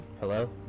Hello